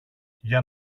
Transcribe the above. για